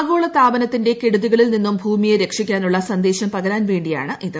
ആഗോളതാപനത്തിന്റെ കെടുതികളിൽ നിന്നും ഭൂമിയെ രക്ഷിക്കാനുള്ള സന്ദേശം പ്രകരാൻ വേണ്ടിയാണ് ഇത്